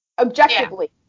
objectively